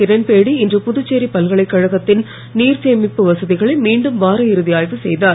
இரண்பேடி இன்று புதுச்சேரி பல்கலைக்கழகத்தின் நீர்சேமிப்பு வசதிகளை மீண்டும் வாரஇறுதி ஆய்வு செய்தார்